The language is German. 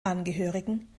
angehörigen